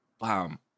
bam